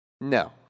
No